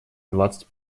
двадцать